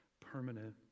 permanent